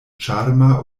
ĉarma